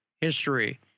history